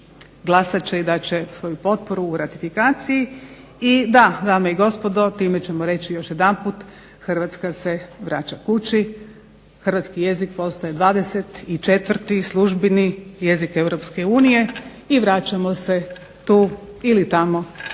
glasat će i dati svoju potporu u ratifikaciji. I da, dame i gospodo, time ćemo reći još jedanput Hrvatska se vraća kući, hrvatski jezik postaje 24 službeni jezik EU i vraćamo se tu ili tamo kamo